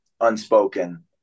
unspoken